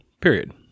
period